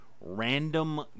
random